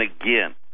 again